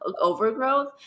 overgrowth